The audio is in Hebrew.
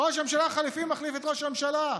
ראש ממשלה חליפי מחליף את ראש הממשלה.